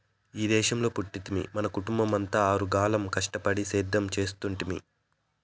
ఈ దేశంలో పుట్టితిమి మన కుటుంబమంతా ఆరుగాలం కష్టపడి సేద్యం చేస్తుంటిమి